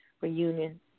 Reunion